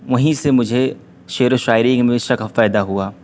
وہیں سے مجھے شعر و شاعری میں مجھے شغف پیدا ہوا